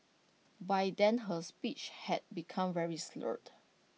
by then her speech had become very slurred